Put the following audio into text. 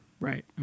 Right